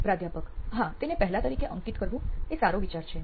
પ્રાધ્યાપક હા તેને પહેલાં તરીકે અંકિત કરવું એ સારો વિચાર છે